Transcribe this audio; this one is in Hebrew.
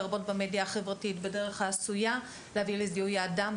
לרבות במדיה החברתית בדרך העשויה להביא לזיהוי האדם,